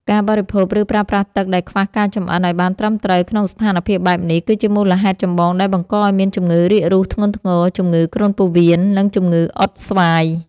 ការបរិភោគ ឬប្រើប្រាស់ទឹកដែលខ្វះការចម្អិនឱ្យបានត្រឹមត្រូវក្នុងស្ថានភាពបែបនេះ គឺជាមូលហេតុចម្បងដែលបង្កឱ្យមានជំងឺរាករូសធ្ងន់ធ្ងរ ជំងឺគ្រុនពោះវៀន និងជំងឺអុតស្វាយ។